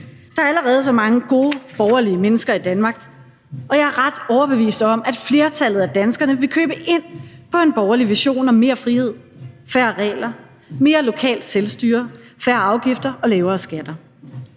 Der er allerede så mange gode borgerlige mennesker i Danmark, og jeg er ret overbevist om, at flertallet af danskerne vil købe ind på en borgerlig vision om mere frihed, færre regler, mere lokalt selvstyre, færre afgifter og lavere skatter.